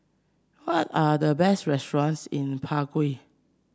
what are the best restaurants in Prague